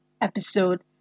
episode